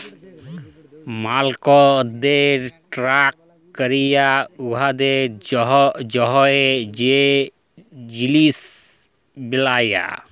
মক্কেলদের টার্গেট ক্যইরে উয়াদের জ্যনহে যে জিলিস বেলায়